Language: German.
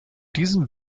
diesem